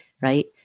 right